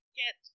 get